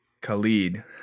Khalid